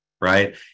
Right